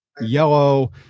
yellow